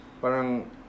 parang